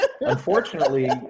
Unfortunately